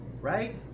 right